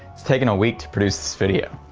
its taken a week to produce this video.